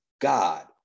God